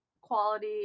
quality